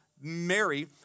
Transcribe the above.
Mary